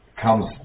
comes